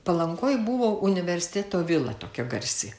palangoj buvo universiteto vila tokia garsi